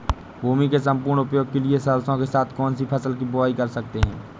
भूमि के सम्पूर्ण उपयोग के लिए सरसो के साथ कौन सी फसल की बुआई कर सकते हैं?